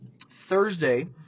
Thursday